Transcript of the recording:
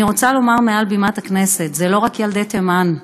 אני רוצה לומר מעל בימת הכנסת: זה לא רק ילדי תימן,